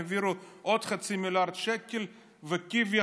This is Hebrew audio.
יעבירו עוד חצי מיליארד שקל וכביכול